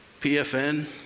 PFN